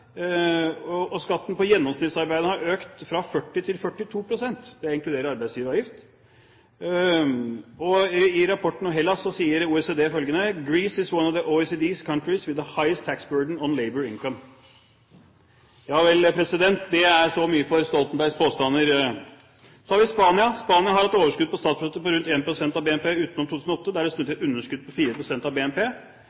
og skatten på gjennomsnittsarbeid har økt fra 40 til 42 pst. Det inkluderer arbeidsgiveravgift. I rapporten om Hellas sier OECD følgende: «Greece is one of the OECD countries with the highest tax burden on labour income Ja vel, så mye for Stoltenbergs påstander. Så har vi Spania. Spania har et overskudd på statsbudsjettet på rundt 1 pst. av BNP utenom 2008. Der er det